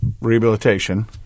rehabilitation